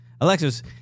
Alexis